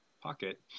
pocket